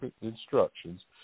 instructions